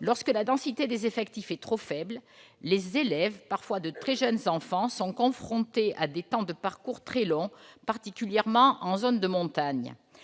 Lorsque la densité des effectifs est trop faible, les élèves, parfois de très jeunes enfants, sont confrontés à des temps de parcours très longs, particulièrement en zone de montagne.